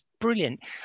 brilliant